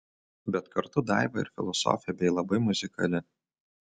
bet kartu daiva ir filosofė bei labai muzikali